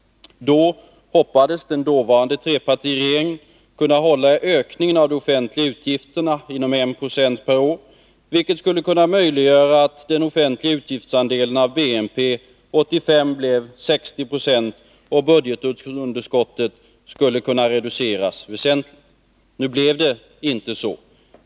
Den dåvarande trepartiregeringen hoppades kunna hålla ökningen av de offentliga utgifterna inom 1 2 per år, vilket skulle möjliggöra att den offentliga utgiftsandelen av BNP 1985 blev 60 26 och att budgetunderskottet skulle kunna reduceras väsentligt. Nu blev det inte så.